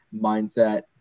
mindset